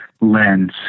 lens